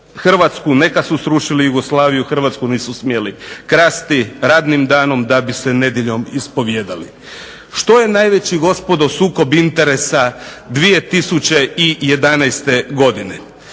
Hrvatsku. Neka su srušili Jugoslaviju, Hrvatsku nisu smjeli krasti radnim danom da bi se nedjeljom ispovijedali. Što je najveći gospodo sukob interesa 2011. godine?